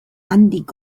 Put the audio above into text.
handik